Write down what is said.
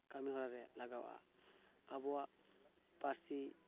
ᱠᱟᱹᱢᱤ ᱦᱚᱨᱟ ᱨᱮ ᱞᱟᱜᱟᱜᱼᱟ ᱟᱵᱚᱣᱟᱜ ᱯᱟᱹᱨᱥᱤ